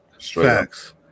facts